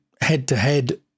head-to-head